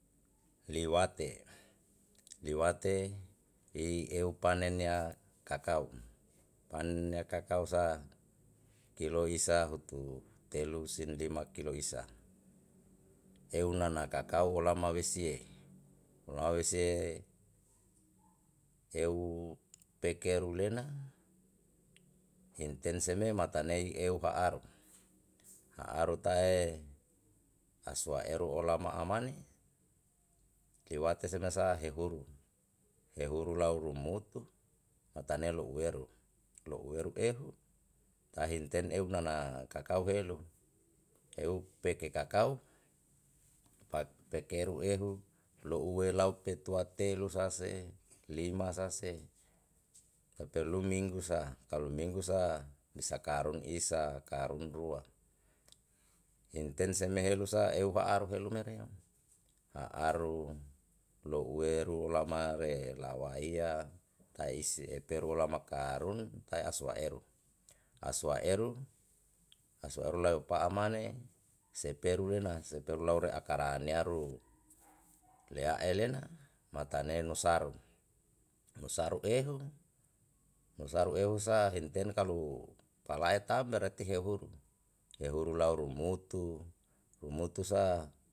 Liwate liwate i eu panen ya kakao panen kakao sa kilo isa hutu telu sin lima kilo isa eu nana kakao lama wesie lama wesie eu pekeru lena inten seme matane eu ha aru ha aru tae aswa eru olama amane iwate semesa hehuru hehuru lau lumutu matane loueru loueru ehu ka himten ehu nana kakao helu eu peke kakao pekeru ehu loue lau petua telu sa se lima sa se kalu perlu minggu sa kalu minggu sa bisa karung isa karung rua inten seme helu sa eu ha'aru helu mereo ha'aru lou eru lama re lawaiya taisi eperu lama karung tae aswa eru aswa eru law pa'a mane seperu lena seperu law re aka ra'a nearu lea ele na matane nusaru nusaru ehu nusaru ehu sa hinten kalu palahe tam berati hehuru hehuru lau rumutu rumutu sa.